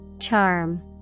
Charm